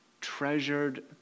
treasured